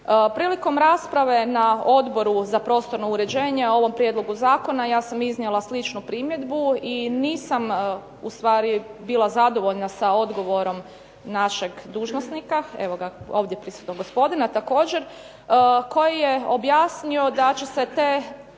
Prilikom rasprave na Odboru za prostorno uređenje o ovom prijedlogu zakona ja sam iznijela sličnu primjedbu i nisam ustvari bila zadovoljna sa odgovorom našeg dužnosnika, evo ga ovdje prisutnog gospodina također koji je objasnio da će se te